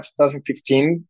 2015